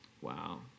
Wow